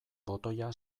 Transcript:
botoia